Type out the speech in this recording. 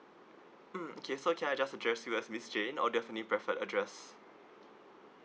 mm okay so can I just address you as miss jane or do you have any preferred address